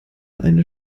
eine